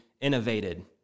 innovated